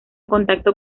contacto